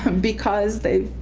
um because they